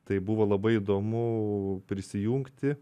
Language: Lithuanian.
tai buvo labai įdomu prisijungti